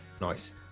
Nice